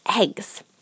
eggs